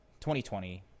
2020